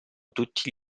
tutti